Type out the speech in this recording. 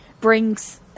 brings